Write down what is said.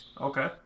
Okay